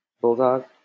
bulldog